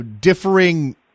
differing